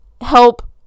help